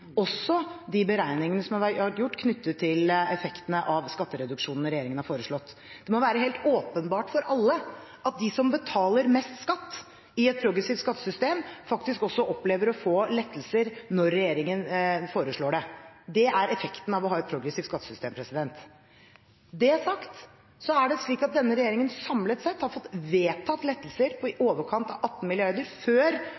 også de beregningene som har vært gjort knyttet til effekten av skattereduksjonene regjeringen har foreslått. Det må være helt åpenbart for alle at de som betaler mest skatt i et progressivt skattesystem, faktisk også opplever å få lettelser når regjeringen foreslår det. Det er effekten av å ha et progressivt skattesystem. Når det er sagt, er det slik at denne regjeringen samlet sett har fått vedtatt lettelser på i overkant av 18 mrd. kr før